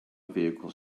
vehicle